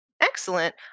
Excellent